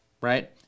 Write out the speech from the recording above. right